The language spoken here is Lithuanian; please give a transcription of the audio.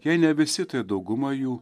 jei ne visi tai dauguma jų